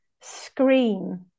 scream